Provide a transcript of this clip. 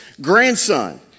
grandson